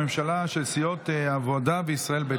בממשלה של סיעות העבודה וישראל ביתנו.